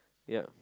yup